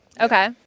Okay